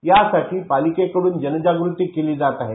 यासाठी पालिकेकडून जनजागृती केली जात आहे